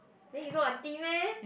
then you not auntie meh